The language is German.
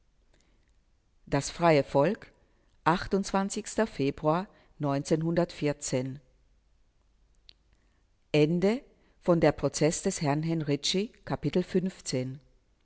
das freie volk februar der prozeß des herrn henrici